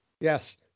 Yes